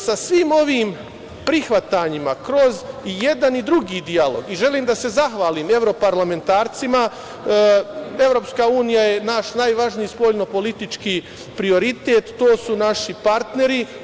Sa svim ovim prihvatanjima kroz jedan i drugi dijalog i želim da se zahvalim evroparlamentarcima, jer je EU naš najvažniji spoljno politički prioritet, to su naši partneri.